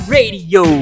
Radio